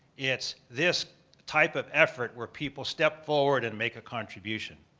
it's this type of effort where people step forward and make a contribution.